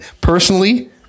Personally